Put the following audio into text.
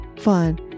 fun